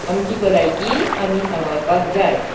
आमची भलायकी आमी सांबाळपाक जाय